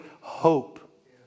hope